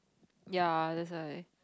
ya that's why